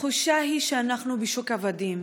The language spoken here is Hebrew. התחושה היא שאנחנו בשוק עבדים,